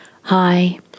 hi